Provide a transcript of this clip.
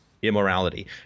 Immorality